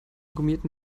gummierten